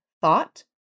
thought